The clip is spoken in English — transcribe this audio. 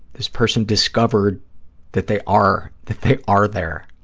this person discovered that they are, that they are there,